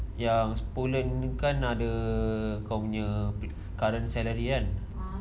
yang sebulan ada kau punya current salary kan